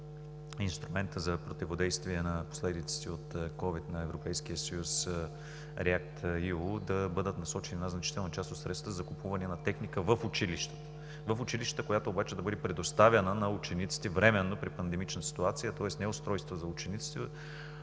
за противодействие на последиците от COVID-19 на Европейския съюз ReadEU, да бъде насочена една значителна част от средствата за закупуване на техника в училищата. В училищата, която обаче да бъде предоставяна на учениците временно при пандемична ситуация, тоест не устройствата за ученици,